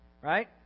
right